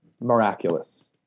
miraculous